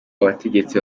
abategetsi